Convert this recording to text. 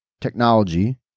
technology